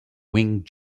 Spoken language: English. wing